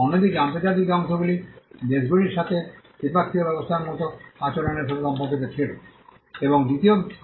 অন্যদিকে আন্তর্জাতিক অংশগুলি দেশগুলির সাথে দ্বিপক্ষীয় ব্যবস্থার মতো আচরণের সাথে সম্পর্কিত ছিল